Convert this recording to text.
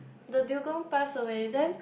the dugong passed away then